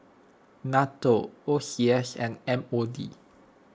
Nato O C S and M O D